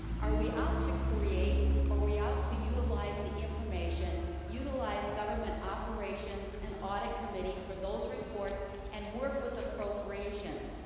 are we out to create or we out to utilize the information utilize government operations and audit committee for those reports and work with appropriations,